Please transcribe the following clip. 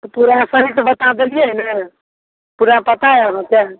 तऽ पूरा सड़क बता देलियै ने पूरा पता अइ अहाँके